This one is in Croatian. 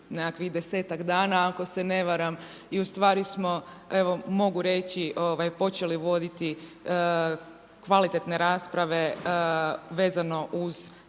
nekakvih 10ak dana ako se ne varam, i ustvari smo evo mogu reći počeli uvoditi kvalitetne rasprave vezano uz